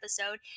episode